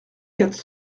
quatre